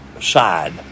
side